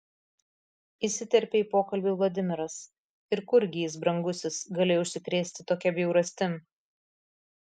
įsiterpė į pokalbį vladimiras ir kurgi jis brangusis galėjo užsikrėsti tokia bjaurastim